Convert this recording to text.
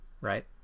Right